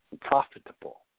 profitable